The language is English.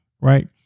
Right